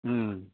ꯎꯝ